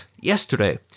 Yesterday